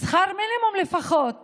שכר מינימום לפחות